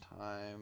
time